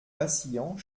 vacillant